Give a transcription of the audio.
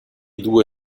due